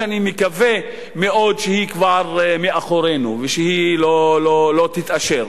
שאני מקווה מאוד שהיא כבר מאחורינו והיא לא תאושר,